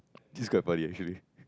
this is quite funny actually